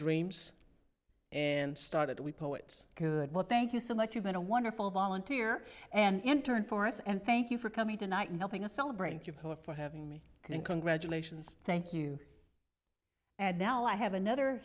dreams and started we poets good well thank you so much you've been a wonderful volunteer and intern for us and thank you for coming tonight and helping us celebrate you for having me and congratulations thank you and now i have another